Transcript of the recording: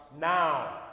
now